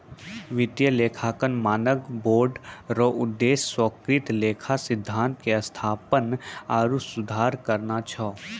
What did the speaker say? वित्तीय लेखांकन मानक बोर्ड रो उद्देश्य स्वीकृत लेखा सिद्धान्त के स्थापना आरु सुधार करना छै